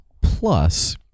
plus